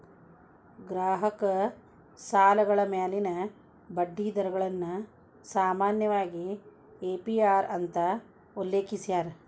ಗ್ರಾಹಕ ಸಾಲಗಳ ಮ್ಯಾಲಿನ ಬಡ್ಡಿ ದರಗಳನ್ನ ಸಾಮಾನ್ಯವಾಗಿ ಎ.ಪಿ.ಅರ್ ಅಂತ ಉಲ್ಲೇಖಿಸ್ಯಾರ